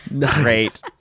great